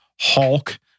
Hulk